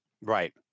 Right